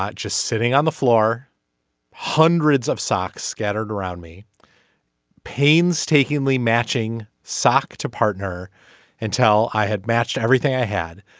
but just sitting on the floor hundreds of socks scattered around me painstakingly matching sock to partner until i had matched everything i had.